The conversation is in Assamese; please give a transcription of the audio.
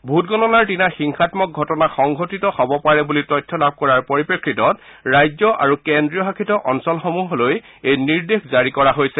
ভোটগণনাৰ দিনা হিংসাম্মক ঘটনা সংঘটিত হ'ব পাৰে বুলি তথ্য লাভ কৰাৰ পৰিপ্ৰেক্ষিতত ৰাজ্য আৰু কেন্দ্ৰীয়শাসিত অঞ্চলসমূহলৈ এই নিৰ্দেশ জাৰি কৰা হৈছে